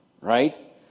Right